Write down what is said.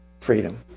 freedom